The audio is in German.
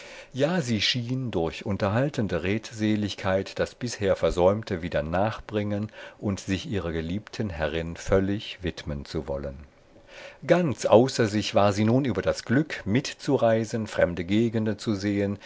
ja sie schien durch unterhaltende redseligkeit das bisher versäumte wieder nachbringen und sich ihrer geliebten herrin völlig widmen zu wollen ganz außer sich war sie nun über das glück mitzureisen fremde gegenden zu sehen